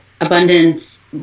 abundance